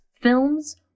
films